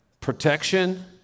protection